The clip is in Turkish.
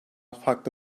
farklı